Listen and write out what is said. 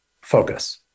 focus